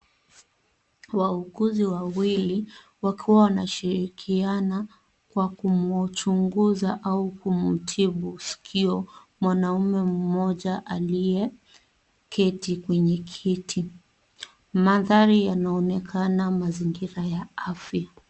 Wauguzi wawili wakiwa wanashirikiana kwa kumchunguza au kumtibu sikio mwanaume mmoja aliyeketi kwenye kiti. Mandhari yanaonekana mazingira ya afya.